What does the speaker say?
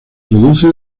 produce